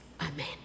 Amen